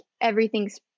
everything's